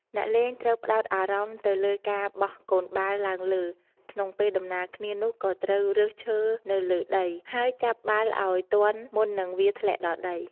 អ្នកលេងត្រូវផ្តោតអារម្មណ៍ទៅលើការបោះកូនបាល់ឡើងលើ ក្នុងពេលដំណាលគ្នានោះក៏ត្រូវរើសឈើនៅលើដី ហើយចាប់បាល់ឲ្យទាន់មុននឹងវាធ្លាក់ដល់ដី។